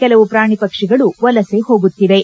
ಕೆಲವು ಪ್ರಾಣಿ ಪಕ್ಷಿಗಳು ವಲಸೆ ಹೋಗುತ್ತಿವೆ